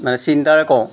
মানে চিন্তাৰে কওঁ